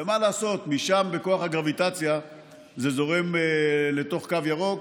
צריך לבדוק ב-darknet, אז צריך לבדוק ב-darknet.